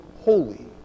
holy